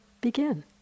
begin